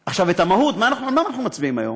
עכשיו, המהות, על מה אנחנו מצביעים היום?